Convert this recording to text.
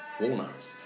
Walnuts